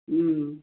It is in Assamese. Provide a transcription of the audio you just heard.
ও